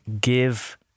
give